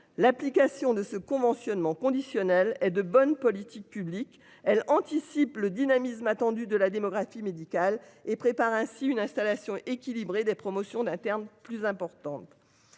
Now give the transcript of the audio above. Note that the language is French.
l'application de ce conventionnement conditionnel est de bonne politique publique elle anticipe le dynamisme attendu de la démographie médicale et prépare ainsi une installation équilibrée des promotions d'un terme plus importante.